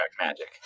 magic